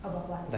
about what